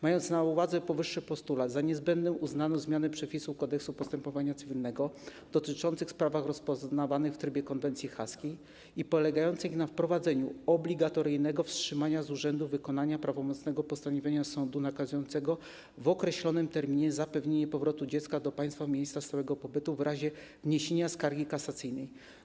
Mając na uwadze powyższy postulat, za niezbędną uznano zmianę przepisów Kodeksu postępowania cywilnego dotyczących spraw rozpoznawanych w trybie konwencji haskiej polegającą na wprowadzeniu obligatoryjnego wstrzymania z urzędu wykonania prawomocnego postanowienia sądu nakazującego w określonym terminie zapewnienie powrotu dziecka do państwa miejsca stałego pobytu w razie wniesienia skargi kasacyjnej.